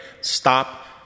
stop